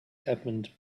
happened